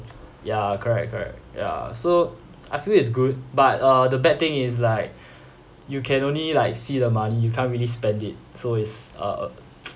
ya correct correct ya so I feel it's good but uh the bad thing is like you can only like see the money you can't really spend it so it's a a